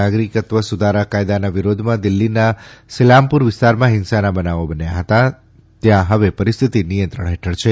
નાગરીકત્વ સુધારા કાયદાના વિરોધમાં દિલ્હીના સીલાંમપુર વિસ્તારમાં હિંસાના બનાવો બન્યા હતા ત્યાં હવે પરીસ્થિતિ નિયંત્રણ હેઠળ છે